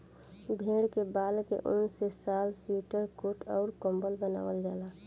भेड़ के बाल के ऊन से शाल स्वेटर कोट अउर कम्बल बनवाल जाला